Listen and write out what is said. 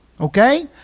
okay